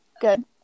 Good